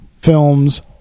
films